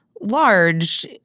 large